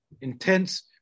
intense